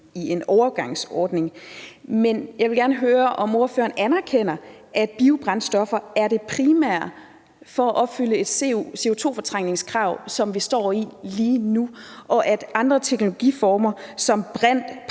i en overgangsordning. Men jeg vil gerne høre, om ordføreren anerkender, at biobrændstoffer er det primære for at opfylde et CO2-fortrængningskrav, som vi står i lige nu, og at andre teknologiformer som brint